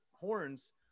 horns